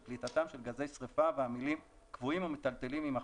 ולפליטתם של גזי שריפה" והמילים "קבועים או מיטלטלים" יימחקו.